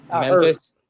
Memphis